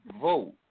vote